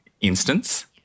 instance